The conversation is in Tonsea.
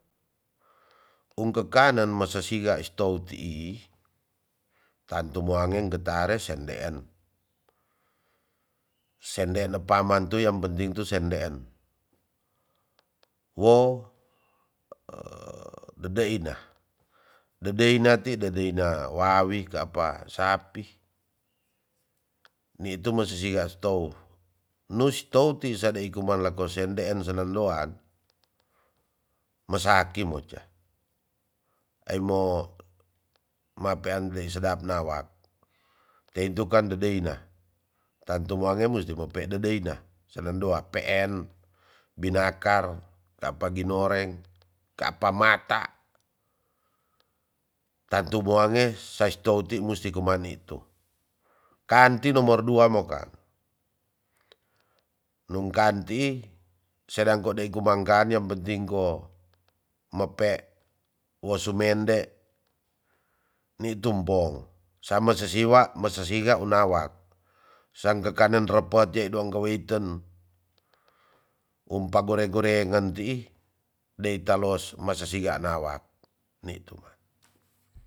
Ung kekanen masa sia is tou tii tantu moangen ketare sendeen. senseen paman tu yang penting tu sendeen wo dedeina dedeina ti dedeina wawi kapa sapi nitu masisigas tou nus tou tii sadei kuman lako sendeen senandoan masaki mo ca aimo ma pean bli sedap nawak teitu kan dedeina tantu wange musti mo pe dedeina senandoa peen binakar tapagi noreng kapa mata tante boange sa is tou ti musti kuman nitu kanti nomor dua mo ka nung kanti sedeng kode kumang kan yang penting ko mape wo sumende nitu mpong same sasiwa mesasiga unawak sang kekanen repot jedong keweiten umpa gore goregan tii dei talos masa siganawa nitu.